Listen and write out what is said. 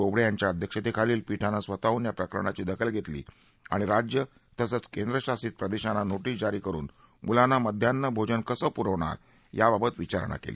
बोबडे यांच्या अध्यक्षेतेखालील पीठानं स्वतःहून या प्रकरणाची दखल घेतली आणि राज्य तसंच केंद्रशासित प्रदेशाना नोरींस जारी करुन मुलांना मध्यान्हभोजन कसं पुरवणार याबाबत विचारणा केली